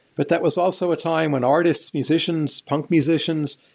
but that was also a time when artists, musicians, punk musicians,